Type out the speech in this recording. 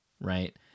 right